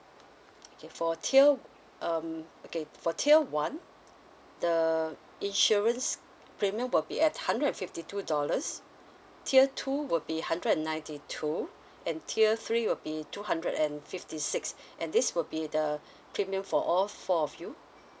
okay for tier um okay for tier one the insurance premium will be at hundred and fifty two dollars tier two will be hundred and ninety two and tier three will be two hundred and fifty six and this will be the premium for all four of you